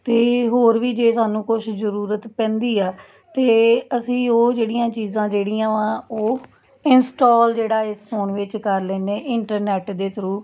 ਅਤੇ ਹੋਰ ਵੀ ਜੇ ਸਾਨੂੰ ਕੁਛ ਜ਼ਰੂਰਤ ਪੈਂਦੀ ਹੈ ਤਾਂ ਅਸੀਂ ਉਹ ਜਿਹੜੀਆਂ ਚੀਜ਼ਾਂ ਜਿਹੜੀਆਂ ਵਾ ਉਹ ਇੰਸਟਾਲ ਜਿਹੜਾ ਇਸ ਫੋਨ ਵਿੱਚ ਕਰ ਲੈਂਦੇ ਇੰਟਰਨੈਟ ਦੇ ਥਰੂ